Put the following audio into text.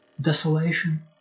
desolation